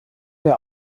der